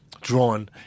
drawn